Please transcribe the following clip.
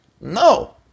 No